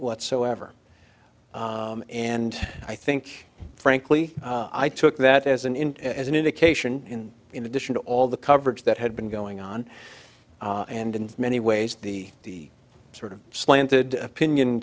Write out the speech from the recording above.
whatsoever and i think frankly i took that as an int as an indication in addition to all the coverage that had been going on and in many ways the the sort of slanted opinion